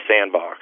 sandbox